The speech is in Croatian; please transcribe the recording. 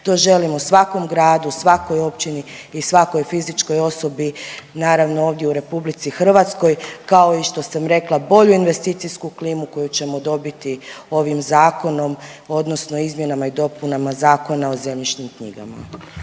To želimo u svakom gradu, svakoj općini i svakoj fizičkoj osobi, naravno, ovdje u RH kao i što sam rekla, bolju investicijsku klimu koju ćemo dobiti ovim Zakonom odnosno izmjenama i dopunama Zakona o zemljišnim knjigama.